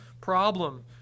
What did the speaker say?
problem